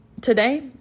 Today